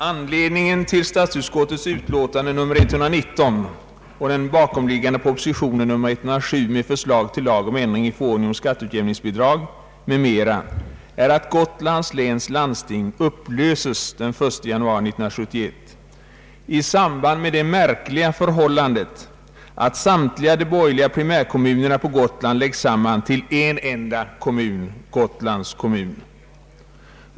Anledningen till statsutskottets utlåtande nr 119 och den bakomliggande propositionen 107 med förslag till lag om ändring i förordningen om skatteutjämningsbidrag m.m. är att Gotlands läns landsting upplöses den 1 januari 1971 i samband med det märkliga förhållandet att samtliga borgerliga primärkommuner på Gotland läggs samman till en enda kommun, Gotlands kommun.